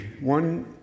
One